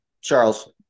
Charles